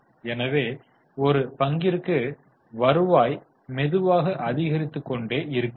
எனவே ஒரு பங்கிற்கு வருவாய் மெதுவாக அதிகரித்து கொண்டே இருக்கிறது